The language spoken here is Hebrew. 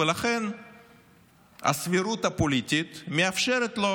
ולכן הסבירות הפוליטית מאפשרת לו,